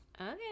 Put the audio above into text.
Okay